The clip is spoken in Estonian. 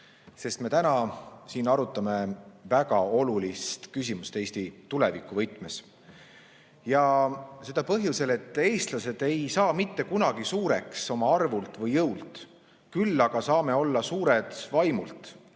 sest me täna siin arutame väga olulist küsimust Eesti tuleviku võtmes. Seda põhjusel, et eestlased ei saa mitte kunagi suureks oma arvult või jõult, küll aga saame olla suured vaimult.